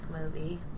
movie